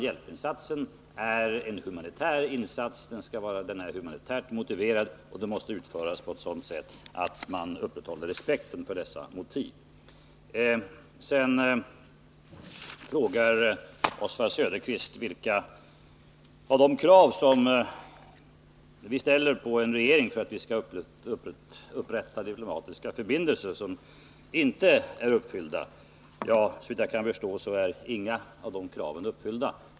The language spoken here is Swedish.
Hjälpinsatsen är en humanitär insats. Den skall vara humanitärt motiverad, och den måste utföras på ett sådant sätt att man upprätthåller respekten för detta motiv. Oswald Söderqvist frågade vilka av de krav som vi ställer på en regering för att vi skall upprätta diplomatiska förbindelser som Heng Samrin-regeringen inte uppfyller. Såvitt jag kan förstå är inga av de kraven uppfyllda.